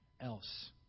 else